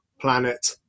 planet